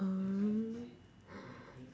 arm